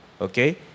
okay